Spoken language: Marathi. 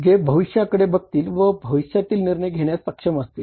जे भविष्याकडे बघतील व भविष्यातील निर्णय घेण्यास सक्षम असतील